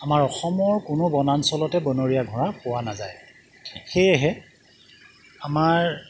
আমাৰ অসমৰ কোনো বনাঞ্চলতে বনৰীয়া ঘোঁৰা পোৱা নাযায় সেয়েহে আমাৰ